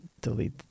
delete